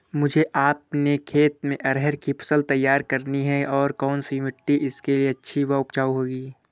मुझे अपने खेत में अरहर की फसल तैयार करनी है और कौन सी मिट्टी इसके लिए अच्छी व उपजाऊ होगी?